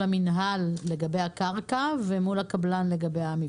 המנהל לגבי הקרקע ומול הקבלן לגבי המבנה.